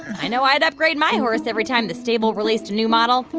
i know i'd upgrade my horse every time the stable released a new model.